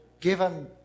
given